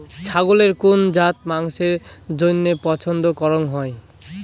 ছাগলের কুন জাত মাংসের জইন্য পছন্দ করাং হই?